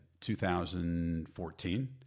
2014